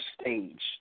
stage